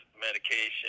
Medication